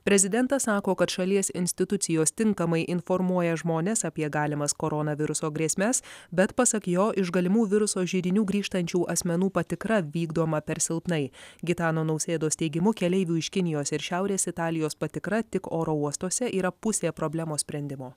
prezidentas sako kad šalies institucijos tinkamai informuoja žmones apie galimas koronaviruso grėsmes bet pasak jo iš galimų viruso židinių grįžtančių asmenų patikra vykdoma per silpnai gitano nausėdos teigimu keleivių iš kinijos ir šiaurės italijos patikra tik oro uostuose yra pusė problemos sprendimo